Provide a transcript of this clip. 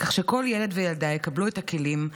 כך שכל ילד וילדה יקבלו את הכלים,